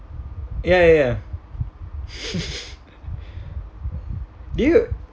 ya ya ya do you